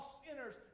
sinners